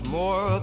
more